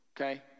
Okay